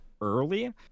early